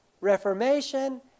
reformation